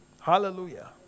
Hallelujah